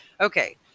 Okay